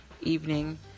evening